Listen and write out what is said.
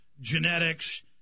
genetics